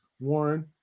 Warren